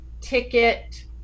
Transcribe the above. ticket